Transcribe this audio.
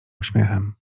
uśmiechem